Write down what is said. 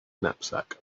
knapsack